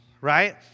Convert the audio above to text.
right